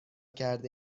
کرده